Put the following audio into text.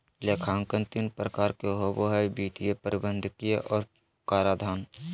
लेखांकन तीन प्रकार के होबो हइ वित्तीय, प्रबंधकीय और कराधान